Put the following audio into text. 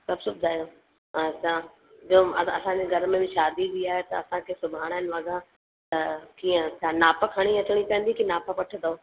सभु सिबंदा आहियो अच्छा ॿियो असांजे घर में बि शादी बि आहे त असांखे सिबाइणा आहिनि वॻा त कीअं तव्हां नाप खणी अचणी पवंदी की नाप वठंदव